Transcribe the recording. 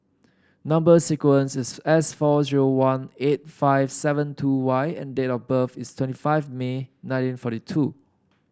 number sequence is S four zero one eight five seven two Y and date of birth is twenty five May nineteen forty two